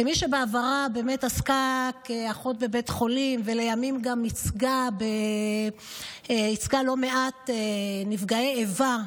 כמי שבעברה עבדה כאחות בבית חולים ולימים גם ייצגה לא מעט נפגעי איבה,